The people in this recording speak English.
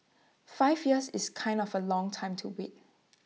five years is kind of A long time to wait